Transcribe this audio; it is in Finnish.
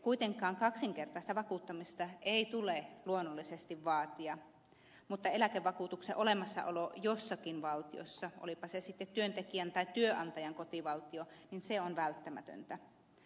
kuitenkaan kaksinkertaista vakuuttamista ei tule luonnollisestikaan vaatia mutta eläkevakuutuksen olemassaolo jossakin valtiossa olipa se sitten työntekijän tai työnantajan kotivaltio on välttämätöntä